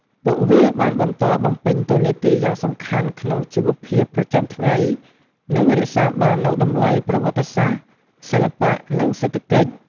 ពួកវាបានបន្តបំពេញតួនាទីយ៉ាងសំខាន់ក្នុងជីវភាពប្រចាំថ្ងៃ និងរក្សាបាននូវតម្លៃប្រវត្តិសាស្ត្រ សិល្បៈ និងសេដ្ឋកិច្ច។